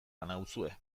nauzue